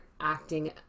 acting